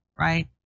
right